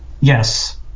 yes